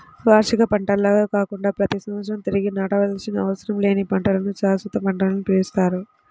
వార్షిక పంటల్లాగా కాకుండా ప్రతి సంవత్సరం తిరిగి నాటవలసిన అవసరం లేని పంటలను శాశ్వత పంటలని పిలుస్తారు